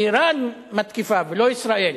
אירן מתקיפה, ולא ישראל.